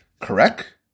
Correct